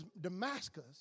Damascus